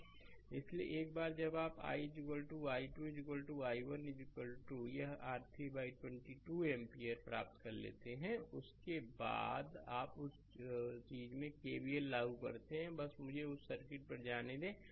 slide समय देखें 3055 इसलिए एक बार जब आप i i2 i1 यह R3 22 एम्पीयर प्राप्त कर लेते हैं उसके बाद आप उस चीज़ में केबीएललागू करते हैं बस मुझे उस सर्किट पर जाने दें